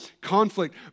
conflict